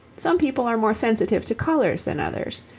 some people are more sensitive to colours than others.